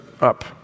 up